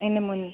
എന്നെ മുൻ